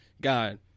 God